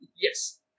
Yes